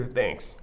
Thanks